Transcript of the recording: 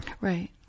Right